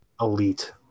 Elite